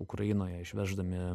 ukrainoje išveždami